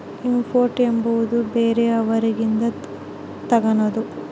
import ಎಂಬುವುದು ಬೇರೆಯವರಿಂದ ತಗನದು